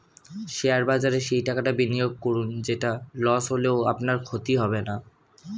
share বাজারে সেই টাকাটা বিনিয়োগ করুন যেটা লস হলেও আপনার ক্ষতি হবে না